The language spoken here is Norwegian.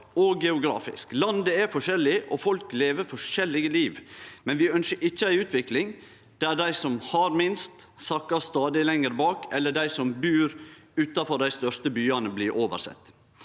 og geografisk. Landet er forskjellig, og folk lever forskjellige liv. Men vi ønskjer ikkje ei utvikling der dei som har minst, sakkar stadig lenger bak, eller der dei som bur utanfor dei største byane, blir oversette.